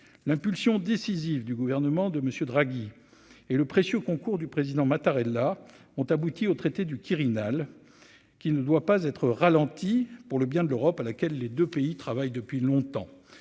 l'impulsion décisive du gouvernement de Monsieur Draghi et le précieux concours du président Mattarella ont abouti au traité du Quirinal qui ne doit pas être ralentie pour le bien de l'Europe à laquelle les 2 pays travaillent depuis longtemps,